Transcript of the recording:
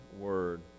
word